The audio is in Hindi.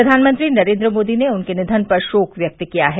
प्रधानमंत्री नरेन्द्र मोदी ने उनके नियन पर शोक व्यक्त किया है